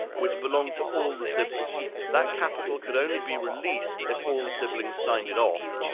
which belonged to all the siblings. that capital could only be released if all siblings signed it off.